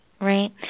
right